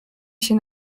się